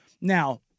Now